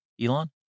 Elon